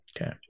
Okay